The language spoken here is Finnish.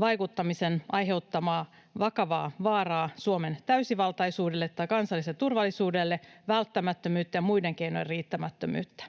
vaikuttamisen aiheuttamaa vakavaa vaaraa Suomen täysivaltaisuudelle tai kansalliselle turvallisuudelle, välttämättömyyttä ja muiden keinojen riittämättömyyttä.